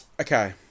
Okay